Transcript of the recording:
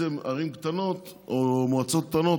ערים קטנות או מועצות קטנות,